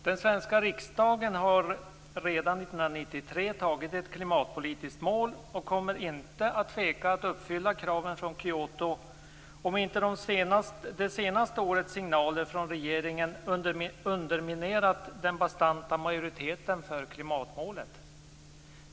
Den svenska riksdagen har redan 1993 antagit ett klimatpolitiskt mål och kommer inte att tveka att uppfylla kraven från Kyoto, om inte det senaste årets signaler från regeringen underminerat den bastanta majoriteten för klimatmålet.